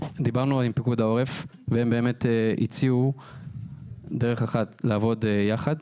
פיקוד העורף, והם הציעו דרך אחת לעבוד יחד,